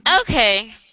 Okay